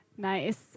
Nice